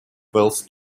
wealth